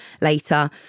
later